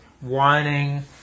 whining